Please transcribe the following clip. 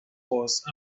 horse